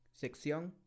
sección